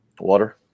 Water